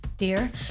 Dear